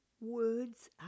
words